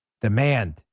Demand